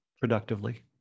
productively